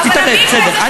תתערב, בסדר.